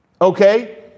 Okay